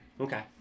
Okay